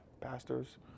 pastors